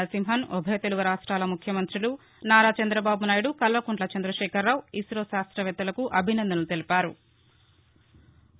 నరసింహన్ ఉభయ తెలుగు రాష్టాల ముఖ్యమంతులు నారా చంద్ర బాబు నాయుడు కల్వకుంట్ల చంద్ర శేఖర్ రావు ఇసో శాస్తవేత్తలకు అభినందనలు తెలిపారు